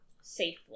safely